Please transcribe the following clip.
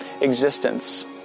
existence